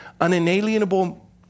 unalienable